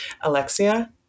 Alexia